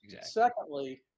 secondly